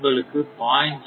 உங்களுக்கு 0